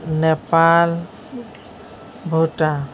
Nepal Bhutan